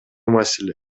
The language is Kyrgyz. маселе